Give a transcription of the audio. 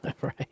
Right